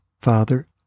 Father